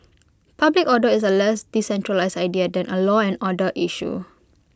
public order is A less decentralised idea than A law and order issue